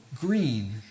green